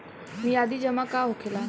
मियादी जमा का होखेला?